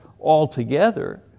altogether